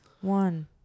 One